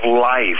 life